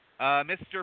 Mr